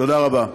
תודה רבה.